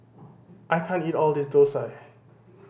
I can't eat all of this dosa